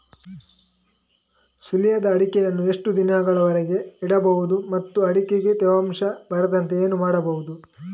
ಸುಲಿಯದ ಅಡಿಕೆಯನ್ನು ಎಷ್ಟು ದಿನಗಳವರೆಗೆ ಇಡಬಹುದು ಮತ್ತು ಅಡಿಕೆಗೆ ತೇವಾಂಶ ಬರದಂತೆ ಏನು ಮಾಡಬಹುದು?